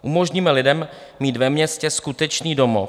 Umožníme lidem mít ve městě skutečný domov.